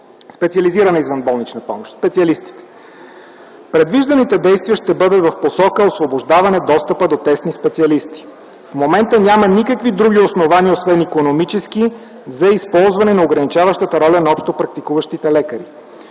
Специализирана извънболнична помощ, специалисти – предвижданите действия ще бъдат в посока освобождаване достъпа до тесни специалисти. В момента няма никакви други основания, освен икономически, за използване на ограничаващата роля на общопрактикуващите лекари.